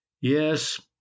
yes